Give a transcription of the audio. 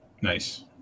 nice